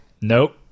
Nope